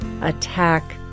attack